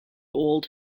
old